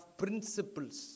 principles